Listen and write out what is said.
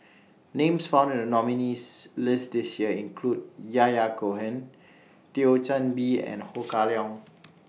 Names found in The nominees' list This Year include Yahya Cohen Thio Chan Bee and Ho Kah Leong